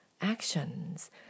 actions